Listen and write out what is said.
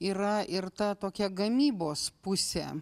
yra ir ta tokia gamybos pusė